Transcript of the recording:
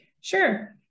Sure